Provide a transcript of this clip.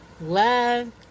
Love